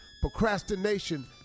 procrastination